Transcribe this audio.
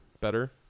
better